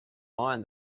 mind